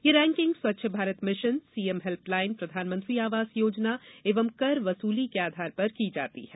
यह ranking Swachh Bharat mission CM helpline Pradhanmantri Awas Yojana एवं कर वसूली के आधार पर की जाती है